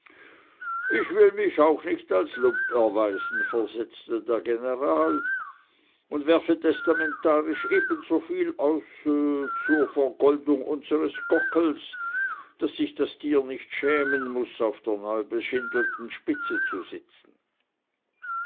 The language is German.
ich will mich auch nicht als lump erweisen versetzte der general und werfe testamentarisch ebensoviel aus zur vergoldung unsers gockels daß sich das tier nicht schämen muß auf der neubeschindelten spitze zu sitzen